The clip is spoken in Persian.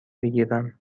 بگیرم